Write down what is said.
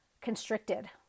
constricted